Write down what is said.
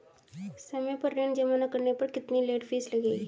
समय पर ऋण जमा न करने पर कितनी लेट फीस लगेगी?